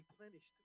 replenished